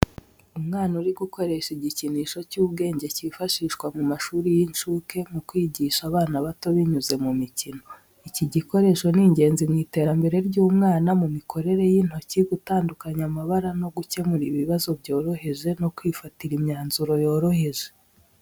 Umwana uri gukoresha igikinisho cy’ubwenge cyifashishwa mu mashuri y’inshuke mu kwigisha abana bato binyuze mu mikino. iki gikoresho ni ingenzi mu iterambere ry’umwana mu mikorere y’intoki, gutandukanya amabara no gukemura ibibazo byoroheje no kwifatira imyanzuro yoroheje.